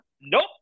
Nope